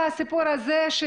הסיפור של